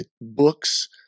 books